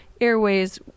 airways